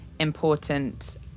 important